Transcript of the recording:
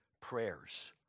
prayers